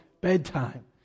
bedtime